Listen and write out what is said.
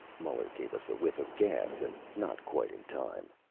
muller gave us a whiff of gas and not quite in time.